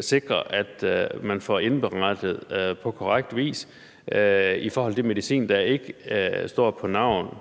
sikrer, at man får indberettet på korrekt vis i forhold til medicin, der ikke står på navn.